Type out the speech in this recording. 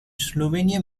slovenia